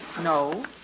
No